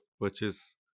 purchase